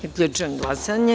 Zaključujem glasanje.